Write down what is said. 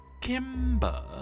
Kimber